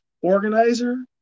organizer